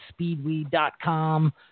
SpeedWeed.com